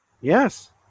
Yes